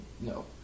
No